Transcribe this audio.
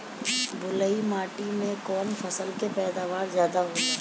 बालुई माटी में कौन फसल के पैदावार ज्यादा होला?